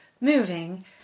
moving